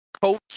coach